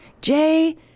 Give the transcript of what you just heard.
Jay